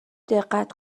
دقت